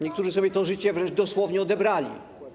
Niektórzy sobie to życie wręcz dosłownie odebrali.